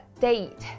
Date